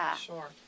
Sure